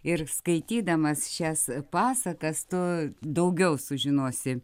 ir skaitydamas šias pasakas tu daugiau sužinosi